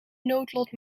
noodlot